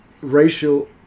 racial